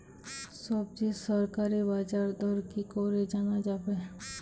সবজির সরকারি বাজার দর কি করে জানা যাবে?